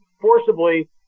forcibly